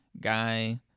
guy